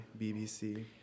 BBC